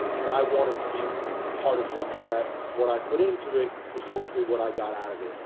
and i wanted to be part of something that what i put into it was hopefully what i got out of it.